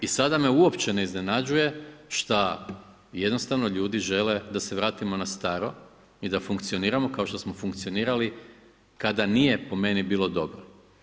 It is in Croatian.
I sada me uopće ne iznenađuje šta jednostavno ljudi žele da se vratimo na staro i da funkcioniramo kao što smo funkcionirali kada nije po meni bilo dobro.